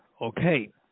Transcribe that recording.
Okay